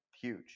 huge